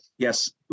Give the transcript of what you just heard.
yes